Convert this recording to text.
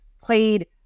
played